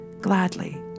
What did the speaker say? gladly